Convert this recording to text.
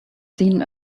seen